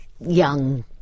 young